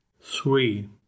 three